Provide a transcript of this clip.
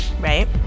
right